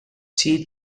chee